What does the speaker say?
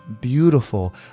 beautiful